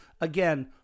again